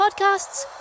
podcasts